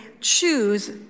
choose